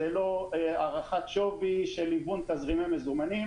זו לא הערכת שווי של היוון תזרימי מזומנים